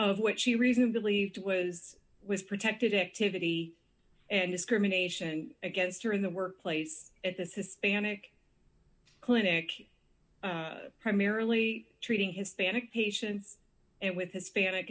of which she reasoned believed was was protected activity and discrimination against her in the workplace at this hispanic clinic primarily treating hispanic patients and with his